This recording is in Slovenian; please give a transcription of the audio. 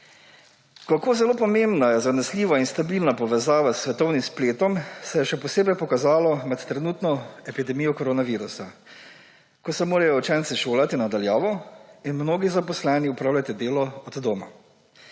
Kako zelo pomembna je zanesljiva in stabilna povezava s svetovnim spletom, se je še posebej pokazalo med trenutno epidemijo koronavirusa, ko se morajo učenci šolati na daljavo in mnogi zaposleni opravljati delo od doma.